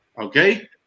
okay